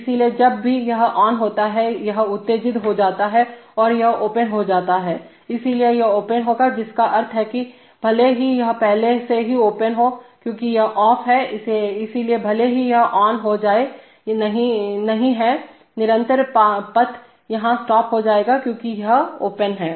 इसलिए जब भी यह ऑन होता हैयह उत्तेजित हो जाता है और यह ओपन हो जाता हैइसलिए यह ओपन होगा जिसका अर्थ है कि भले ही यह पहले से ही ओपन हो क्योंकि यह ऑफ है इसलिए भले ही यह ऑन हो जाए नहीं है निरंतर पथ यहाँ स्टॉप हो जाएगा क्योंकि यह ओपन है